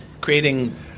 creating